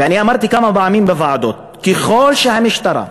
ואני אמרתי כמה פעמים בוועדות: ככל שהמשטרה,